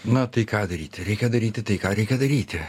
na tai ką daryti reikia daryti tai ką reikia daryti